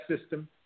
system